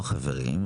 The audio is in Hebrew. לא חברים,